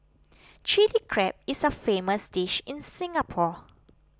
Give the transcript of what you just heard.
Chilli Crab is a famous dish in Singapore